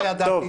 אני לא ידעתי.